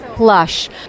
plush